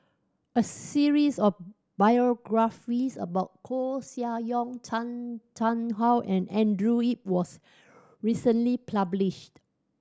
a series of biographies about Koeh Sia Yong Chan Chang How and Andrew Yip was recently published